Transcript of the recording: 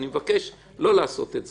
אני מבקש לא לעשות את זה.